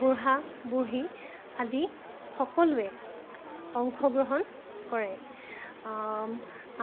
বুঢ়া বুঢ়ি আদি সকলোৱে অংশগ্ৰহণ কৰে